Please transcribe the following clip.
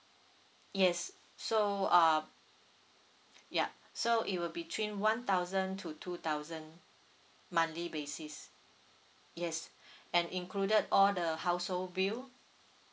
yes so um ya so it will between one thousand to two thousand monthly basis yes and included all the household bill